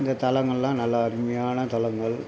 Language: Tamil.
இந்த தலங்கள்லாம் நல்ல அருமையான தலங்கள்